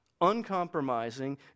uncompromising